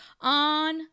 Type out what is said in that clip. on